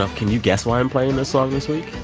ah can you guess why i'm playing this song this week?